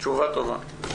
תשובה טובה.